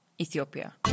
Ethiopia